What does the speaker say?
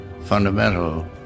fundamental